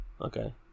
Okay